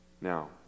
now